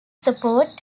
support